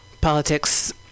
politics